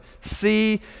see